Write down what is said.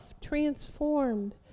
transformed